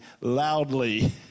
loudly